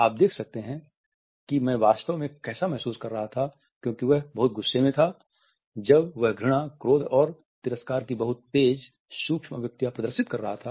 आप देख सकते हैं कि मैं वास्तव में कैसा महसूस कर रहा था क्योंकि वह बहुत गुस्से में था जब वह घृणा क्रोध और तिरस्कार की बहुत तेज सूक्ष्म अभिव्यक्तियां प्रदर्शित कर रहा था